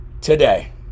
today